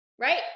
right